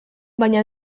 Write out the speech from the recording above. baina